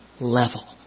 level